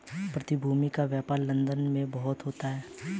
प्रतिभूति का व्यापार लन्दन में बहुत होता है